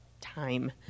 time